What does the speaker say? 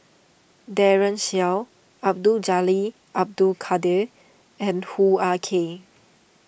Daren Shiau Abdul Jalil Abdul Kadir and Hoo Ah Kay